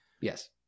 Yes